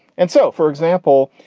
and so, for example,